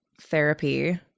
therapy